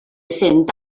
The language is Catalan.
cent